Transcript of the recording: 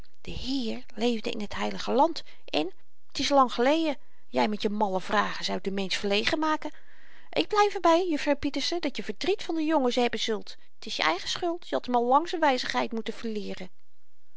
de heer leefde in t heilige land en t is lang geleden jy met je malle vragen zoudt n mensch verlegen maken ik blyf er by juffrouw pieterse dat je verdriet van den jongen hebben zult t is je eigen schuld je had m al lang z'n wyzigheid moeten